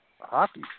hockey